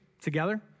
together